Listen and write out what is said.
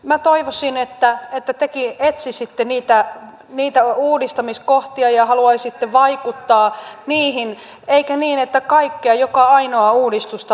minä toivoisin että tekin etsisitte uudistamiskohtia ja haluaisitte vaikuttaa niihin eikä niin että kaikkea joka ainoaa uudistusta vastustetaan